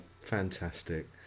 Fantastic